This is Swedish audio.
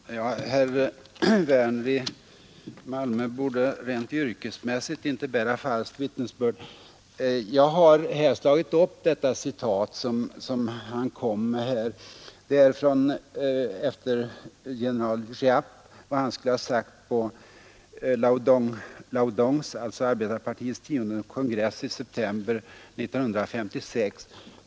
Herr talman! Herr Werner i Malmö borde av rent yrkesmässiga skäl inte bära falsk vittnesbörd. Jag har slagit upp det citat han anförde av vad general Giap skulle ha sagt på Lao Dongs — alltså arbetarpartiets — tionde kongress i september 1956.